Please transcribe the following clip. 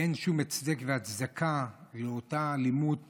אין שום הצדק והצדקה לאותה אלימות פרועה,